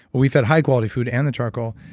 we fed high quality food and the charcoal.